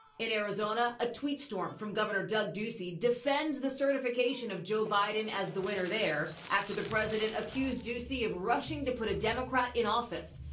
in arizona a tweet storm from governor doug ducey defends the certification of joe biden as the winner there after the president accused ducey of rushing to put a democrat in office.